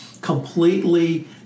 completely